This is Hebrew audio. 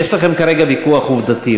יש לכם כרגע ויכוח עובדתי.